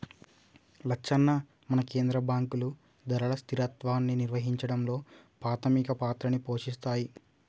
లచ్చన్న మన కేంద్ర బాంకులు ధరల స్థిరత్వాన్ని నిర్వహించడంలో పాధమిక పాత్రని పోషిస్తాయి